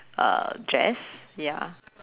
uh dress ya